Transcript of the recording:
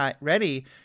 ready